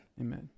Amen